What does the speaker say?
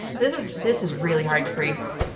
this is this is really hard, grace.